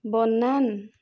ବନାନ